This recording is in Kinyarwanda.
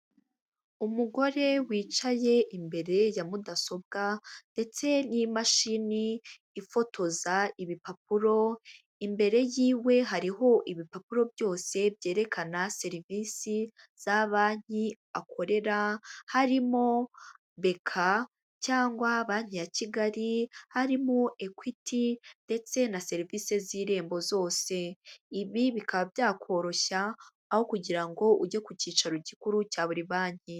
Umugore wicaye imbere ya mudasobwa ndetse n'imashini ifotoza ibipapuro, imbere yiwe hariho ibipapuro byose byerekana serivisi za banki akorera harimo Beka cyangwa banki ya Kigali, harimo Ekwiti ndetse na serivisi z'Irembo zose, ibi bikaba byakoroshya aho kugira ngo ujye ku cyicaro gikuru cya buri banki.